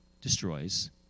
destroys